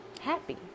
happy